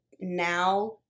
now